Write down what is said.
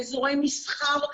באזורי מסחר,